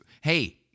Hey